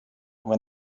when